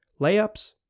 layups